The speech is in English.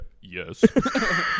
Yes